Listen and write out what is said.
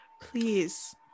please